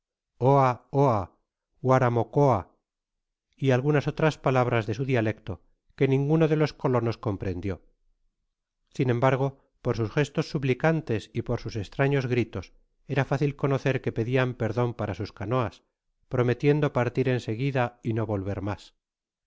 waramokoa y algunas otras palabras de su dialecto que ninguno de los colonos comprendió sin embargo por sus gestos suplicantes y por sus estraños gritos era fácil conocer que pedian perdon para ius canoas prometiendo partir en seguida y no volver mas